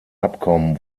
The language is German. abkommen